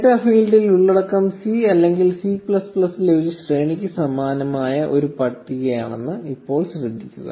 data ഫീൽഡിൽ ഉള്ളടക്കം C അല്ലെങ്കിൽ C ലെ ഒരു ശ്രേണിക്ക് സമാനമായ ഒരു പട്ടികയാണെന്ന് ഇപ്പോൾ ശ്രദ്ധിക്കുക